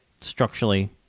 structurally